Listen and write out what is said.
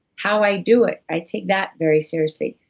how i do it, i take that very seriously,